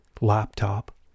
laptop